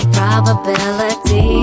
probability